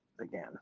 again